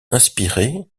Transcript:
inspirée